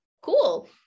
Cool